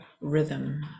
rhythm